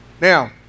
Now